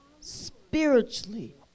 spiritually